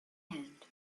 hand